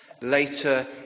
Later